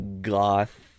goth